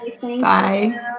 Bye